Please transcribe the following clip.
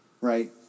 Right